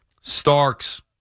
Starks